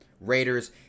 Raiders